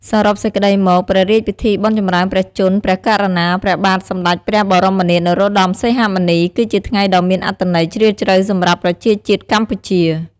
សរុបសេចក្ដីមក ព្រះរាជពិធីបុណ្យចម្រើនព្រះជន្មព្រះករុណា ព្រះបាទសម្តេច ព្រះបរមនាថ នរោត្តម សីហមុនី គឺជាថ្ងៃដ៏មានអត្ថន័យជ្រាលជ្រៅសម្រាប់ប្រជាជាតិកម្ពុជា។